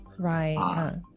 Right